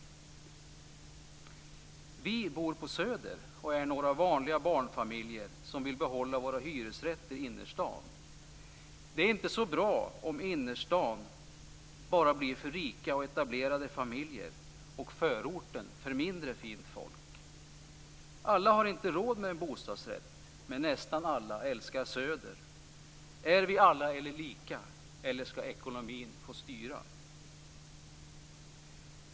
I ett annat brev står det: "Vi bor på Söder och är några vanliga barnfamiljer som vill behålla våra hyresrätter i innerstan. Det är inte så bra om innerstan bara blir för rika och etablerade familjer och förorten för mindre fint folk. Alla har inte råd med en bostadsrätt, men nästan alla älskar Söder. Är vi alla lika eller ska ekonomin få styra?"